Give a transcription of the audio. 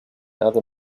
other